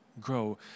grow